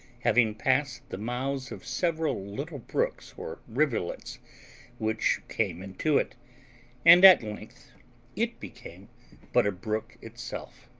having passed the mouths of several little brooks or rivulets which came into it and at length it became but a brook itself.